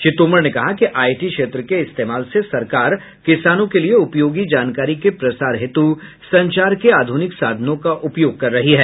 श्री तोमर ने कहा कि आईटी क्षेत्र के इस्तेमाल से सरकार किसानों के लिए उपयोगी जानकारी के प्रसार हेतु संचार के आधुनिक साधनों का उपयोग कर रही है